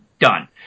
Done